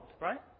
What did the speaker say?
right